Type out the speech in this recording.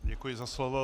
Děkuji za slovo.